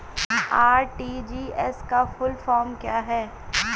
RTGS का full form क्या है?